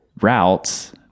routes